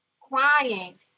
crying